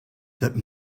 that